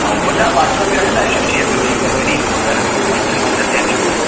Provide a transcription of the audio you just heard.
अऊं वॾा बाटला बि रखंदा आहियो छा जीअं को जीअंन अगरि कॾहिं घर में कोई फंक्शन वंक्शन थिए थो पियो